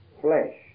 flesh